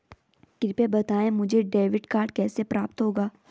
कृपया बताएँ मुझे डेबिट कार्ड कैसे प्राप्त होगा?